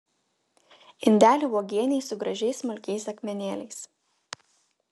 indelį uogienei su gražiais smulkiais akmenėliais